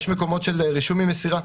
יש מקומות של רישומי מסירה.